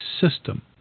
system